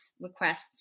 requests